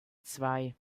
zwei